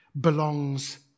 belongs